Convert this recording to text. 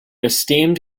esteemed